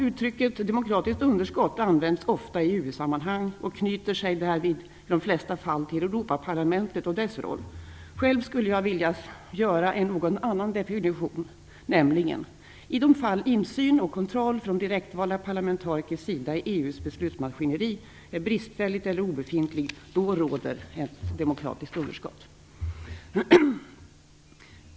Uttrycket "demokratiskt underskott" används ofta i EU-sammanhang och knyter sig därvid i de flesta fall till Europaparlamentet och dess roll. Själv skulle jag vilja göra en något annan definition, nämligen - i de fall insyn och kontroll från direktvalda parlamentarikers sida i EU:s beslutsmaskineri är bristfälligt eller obefintligt råder ett demokratiskt underskott.